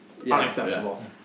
unacceptable